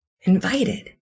Invited